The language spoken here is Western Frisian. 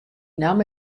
namme